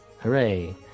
Hooray